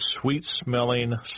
sweet-smelling